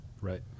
Right